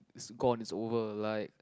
is gone is over like